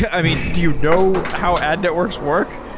i mean, do you know how ad networks work?